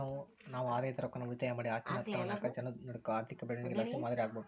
ನಾವು ಆದಾಯದ ರೊಕ್ಕಾನ ಉಳಿತಾಯ ಮಾಡಿ ಆಸ್ತೀನಾ ತಾಂಡುನಾಕ್ ಜನುದ್ ನಡೂಕ ಆರ್ಥಿಕ ಬೆಳವಣಿಗೆಲಾಸಿ ಮಾದರಿ ಆಗ್ಬಕು